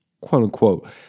quote-unquote